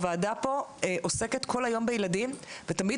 הוועדה פה עוסקת כל היום בילדים ותמיד